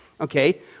okay